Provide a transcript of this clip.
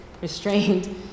restrained